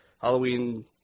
Halloween